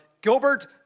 Gilbert